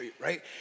right